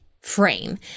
frame